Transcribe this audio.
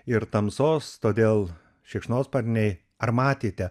ir tamsos todėl šikšnosparniai ar matėte